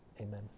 amen